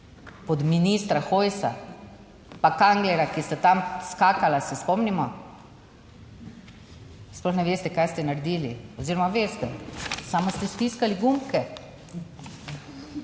Pod ministra Hojsa pa Kanglerja, ki sta tam skakala. Se spomnimo? Sploh ne veste, kaj ste naredili. Oziroma veste - samo ste stiskali gumbke.